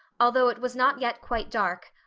although it was not yet quite dark,